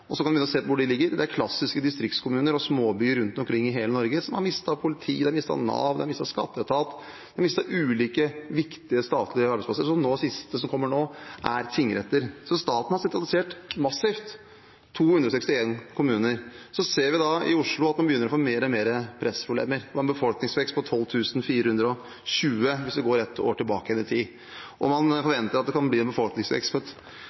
Så kan en begynne å se på hvor de ligger. Det er klassiske distriktskommuner og småbyer rundt omkring i hele Norge – som har mistet politiet, mistet Nav, mistet skatteetat. De har mistet ulike viktige statlige arbeidsplasser, og det siste, som kommer nå, er tingretter. Staten har sentralisert massivt: 261 kommuner. Så ser vi at man i Oslo begynner å få mer og mer pressproblemer, med en befolkningsvekst på 12 420, hvis vi går ett år tilbake i tid, og man forventer at det kan bli en befolkningsvekst